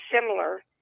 similar